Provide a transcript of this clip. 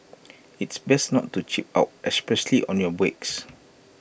it's best not to cheap out especially on your brakes